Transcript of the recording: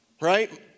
Right